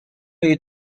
jej